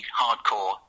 hardcore